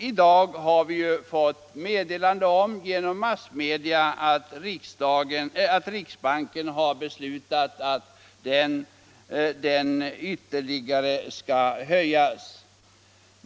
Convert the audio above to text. I dag har vi genom massmedia fått meddelande om att riksbanken beslutat att den skall höjas ytterligare.